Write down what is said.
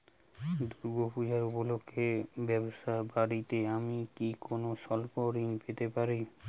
দূর্গা পূজা উপলক্ষে ব্যবসা বাড়াতে আমি কি কোনো স্বল্প ঋণ পেতে পারি?